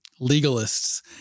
legalists